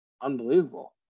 unbelievable